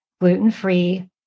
gluten-free